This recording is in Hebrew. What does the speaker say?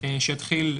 שיתחיל,